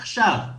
עכשיו,